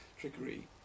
trickery